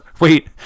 Wait